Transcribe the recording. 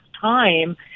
time